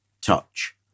touch